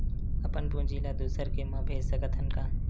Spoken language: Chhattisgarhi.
अपन पूंजी ला दुसर के मा भेज सकत हन का?